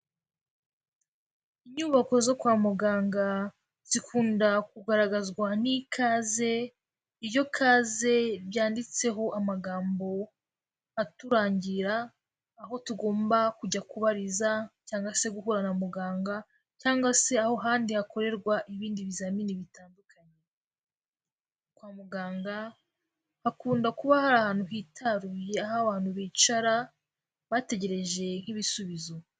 Inyubako zo kwa muganga zikunda kugaragazwa n'ikaze, iyo kaze byanditseho amagambo aturangira aho tugomba kujya kubariza cyangwa se guhura na muganga cyangwa se aho ahandi hakorerwa ibindi bizamini bitandukanye. Kwa muganga hakunda kuba hari ahantu hitaruye, aho abantu bicara bategereje nk'ibisubizo.